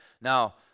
now